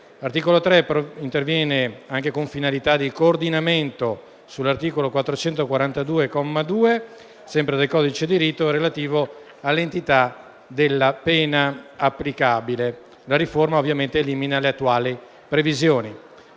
L'articolo 3 interviene, anche con finalità di coordinamento, sull'articolo 442, comma 2, del codice di rito, relativo all'entità della pena applicabile; la riforma ovviamente elimina le attuali previsioni.